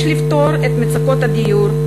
יש לפתור את מצוקות הדיור,